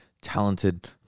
talented